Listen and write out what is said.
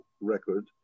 record